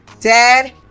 dad